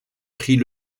prit